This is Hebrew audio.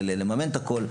לממן את הכול,